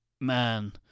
man